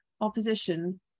opposition